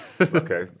Okay